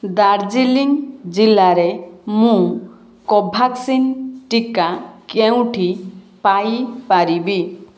ଦାର୍ଜିଲିଂ ଜିଲ୍ଲାରେ ମୁଁ କୋଭ୍ୟାକ୍ସିନ ଟିକା କେଉଁଠି ପାଇ ପାରିବି